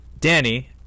danny